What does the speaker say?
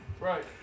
Right